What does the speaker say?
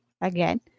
again